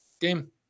game